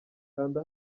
kanda